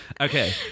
Okay